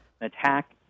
attack